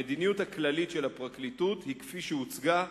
המדיניות הכללית של הפרקליטות היא כפי שהוצגה,